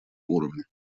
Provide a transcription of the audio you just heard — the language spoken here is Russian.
уровне